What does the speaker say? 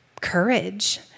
courage